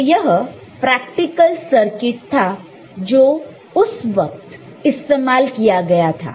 तो यह practical circuit था जो उस वक्त इस्तेमाल किया गया था